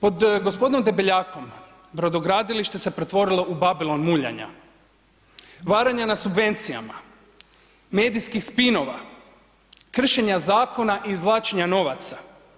Pod gospodinom Debeljakom brodogradilište se pretvorilo u babilon muljanja, varanja na subvencijama, medijskih spinova, kršenja zakona i izvlačenja novaca.